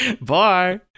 Bye